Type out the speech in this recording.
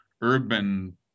urban